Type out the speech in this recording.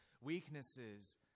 weaknesses